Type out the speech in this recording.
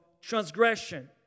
transgression